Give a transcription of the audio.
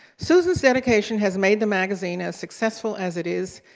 susan's dedication has made the magazine as successful as it is,